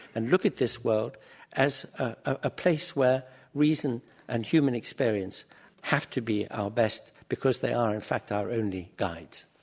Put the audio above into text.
and look at this world as a place where reason and human experience have to be our best, because they are in fact our only guides.